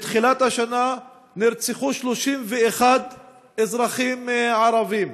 מתחילת השנה נרצחו 31 אזרחים ערבים.